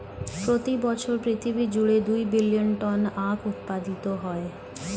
প্রতি বছর পৃথিবী জুড়ে দুই বিলিয়ন টন আখ উৎপাদিত হয়